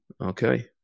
Okay